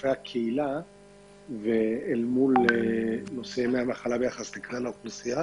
רופאי הקהילה ואל מול נושא ימי המחלה ביחס לכלל האוכלוסייה,